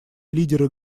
лидеры